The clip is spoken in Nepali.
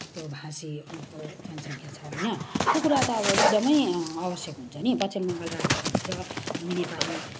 त्यो भाषीहरूको जनसङ्ख्या छ होइन त्यो कुरा त अब एकदमै आवश्यक हुन्छ नि पश्चिम बङ्गाल राज्यभित्र हामी नेपाली